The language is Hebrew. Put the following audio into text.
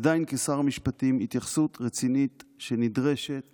עדיין כשר המשפטים, התייחסות רצינית שנדרשת